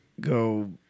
go